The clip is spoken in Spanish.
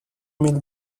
miel